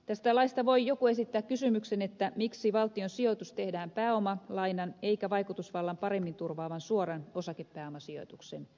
tästä laista voi joku esittää kysymyksen miksi valtion sijoitus tehdään pääomalainan eikä vaikutusvallan paremmin turvaavan suoran osakepääomasijoituksen muodossa